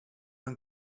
and